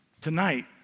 tonight